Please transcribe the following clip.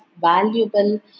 valuable